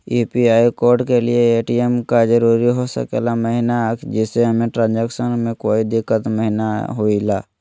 UPI code के लिए ATM का जरूरी हो सके महिना जिससे हमें ट्रांजैक्शन में कोई दिक्कत महिना हुई ला?